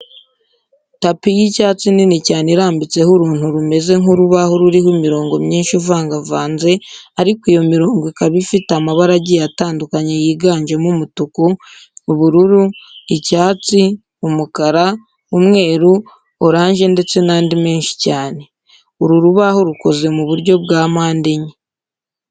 Tapi y'icyatsi nini cyane irambitseho uruntu rumeze nk'urubaho ruriho imirongo myinshi ivangavanze ariko iyo mirongo ikaba ifite amabara agiye atandukanye yiganjemo umutuku, ubururu, icyatsi, umukara, umweru, oranje ndetse n'andi menshi cyane. Uru rubaho rukoze mu buryo bwa mpande enye.